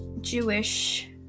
Jewish